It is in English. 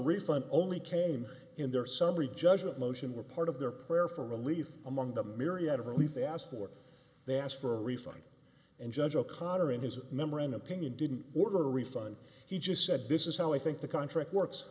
refund only came in their summary judgment motion were part of their prayer for relief among the myriad of relief they asked for they asked for a refund and judge o'connor in his memoranda opinion didn't order a refund he just said this is how i think the contract works